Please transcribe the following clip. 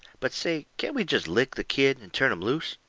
but say, can't we jest lick the kid and turn him loose?